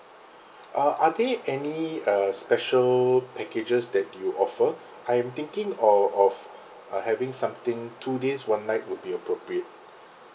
uh are there any uh special packages that you offer I'm thinking o~ of uh having something two days one night would be appropriate